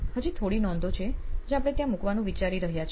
હજી થોડી નોંધો છે જે આપણે ત્યાં મુકવાનું વિચારી રહ્યા છીએ